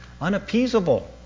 unappeasable